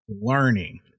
learning